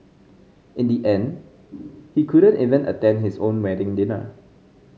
in the end he couldn't even attend his own wedding dinner